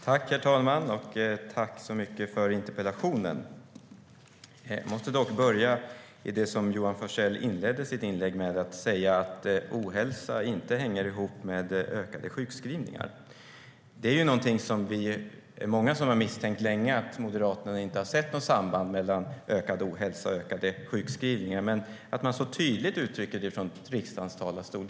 Herr talman! Jag tackar för interpellationen. Jag måste dock börja med det som Johan Forssell inledde sitt inlägg med. Han sa att ohälsa inte hänger ihop med ökade sjukskrivningar. Det är någonting som vi är många som har misstänkt länge, nämligen att Moderaterna inte har sett något samband mellan ökad ohälsa och ökade sjukskrivningar. Men det måste vara första gången man så tydligt uttrycker det från riksdagens talarstol.